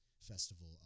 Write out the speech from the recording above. Festival